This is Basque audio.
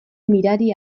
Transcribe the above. mirari